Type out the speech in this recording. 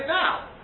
now